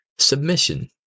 submission